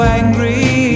angry